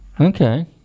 Okay